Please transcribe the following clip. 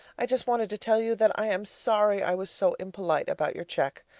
i just wanted to tell you that i am sorry i was so impolite about your cheque.